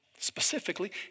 Specifically